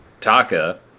Taka